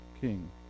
king